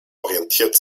orientiert